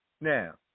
Now